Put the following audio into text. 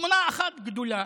תמונה אחת גדולה,